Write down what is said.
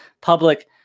public